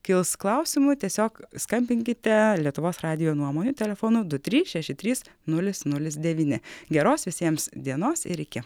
kils klausimų tiesiog skambinkite lietuvos radijo nuomonių telefonu du trys šeši trys nulis nulis devyni geros visiems dienos ir iki